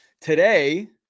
Today